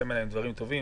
שיצאו ממנה דברים טובים.